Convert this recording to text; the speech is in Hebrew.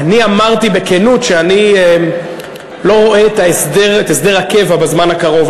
אני אמרתי בכנות שאני לא רואה את הסדר הקבע בזמן הקרוב,